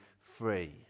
free